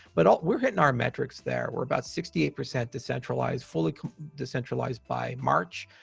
but um we're getting our metrics there. we're about sixty eight percent decentralized, fully decentralized by march.